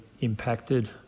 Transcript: impacted